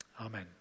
Amen